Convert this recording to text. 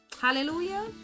hallelujah